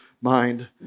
mind